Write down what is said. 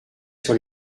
sur